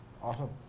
awesome